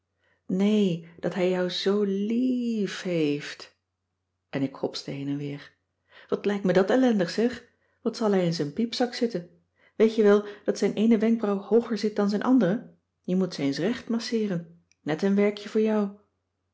nee dat hij jou zoo lie ief heeft en ik hopste heen en weer wat lijkt me dat ellendig zeg wat zal hij in zijn piepzak zitten weet je wel dat zijne eene wenkbrauw hooger zit dan zijn andere je moet ze eens recht masseeren net een werkje voor jou